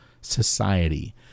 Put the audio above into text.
society